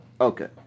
Okay